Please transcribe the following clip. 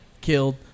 killed